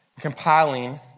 compiling